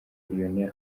lionel